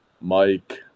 Mike